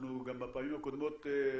אנחנו גם בפעמים הקודמות קיצרנו,